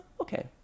okay